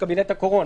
של קבינט הקורונה,